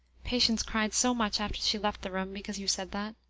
patience cried so much after she left the room because you said that.